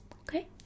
okay